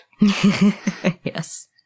Yes